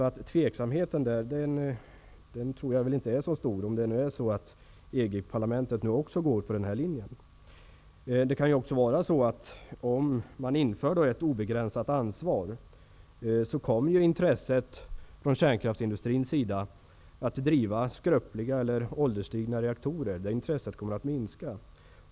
Jag tror inte att tveksamheten är så stor, om det nu är så att EG-parlamentet också går på den linjen. Om ett obegränsat ansvar införs kommer intresset från kärnkraftsindustrins sida att driva skröpliga och åldersstigna reaktorer att minska.